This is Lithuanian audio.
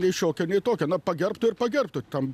nei šiokia nei tokia kad pagerbtų ir pagerbtų tam